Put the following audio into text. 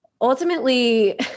ultimately